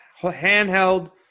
handheld